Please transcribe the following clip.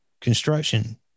construction